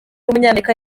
w’umunyamerika